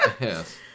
Yes